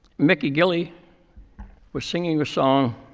mickey gilley was singing the song